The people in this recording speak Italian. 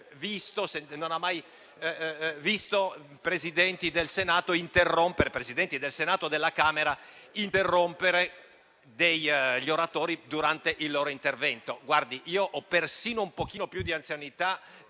non ha mai visto Presidenti del Senato o della Camera interrompere gli oratori durante il loro intervento. Io ho persino un po' più di anzianità